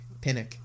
Pinnock